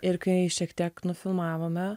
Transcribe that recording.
ir kai šiek tiek nufilmavome